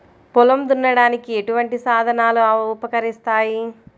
పొలం దున్నడానికి ఎటువంటి సాధనాలు ఉపకరిస్తాయి?